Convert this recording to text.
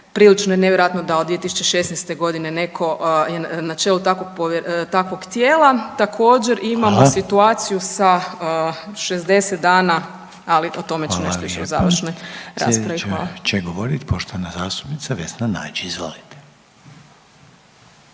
Prilično je nevjerojatno da od 2016. godine netko je na čelu takvog tijela. Također imamo situaciju sa 60 dana ali o tome ću nešto još u završnoj raspravi. Hvala. **Reiner, Željko (HDZ)** Hvala. Sljedeća će govoriti poštovana zastupnica Vesna Nađ. Izvolite.